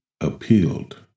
appealed